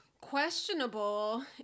questionable